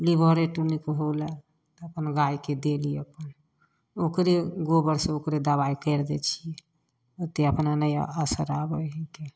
लीवरे tonic होलय तऽ अपन गायके देली अपन ओकरे गोबरसँ ओकरे दबाइ करि दै छियै ओते अपना नहि असर आबै हीकै